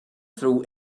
throw